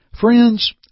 Friends